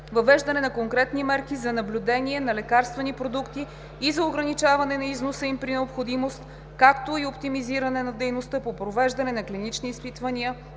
въвеждането на конкретни мерки за наблюдение на лекарствени продукти и за ограничаване на износа им при необходимост, както и оптимизирането на дейността по провеждане на клинични изпитвания